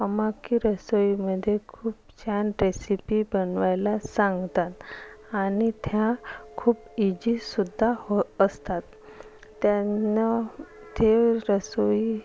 अम्मा की रसोईमध्ये खूप छान रेसिपी बनवायला सांगतात आणि त्या खूप ईझीसुद्धा होत असतात त्यांना ती रसोई